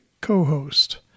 co-host